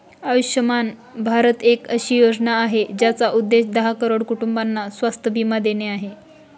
आयुष्यमान भारत एक अशी योजना आहे, ज्याचा उद्देश दहा करोड कुटुंबांना स्वास्थ्य बीमा देणे आहे